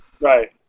Right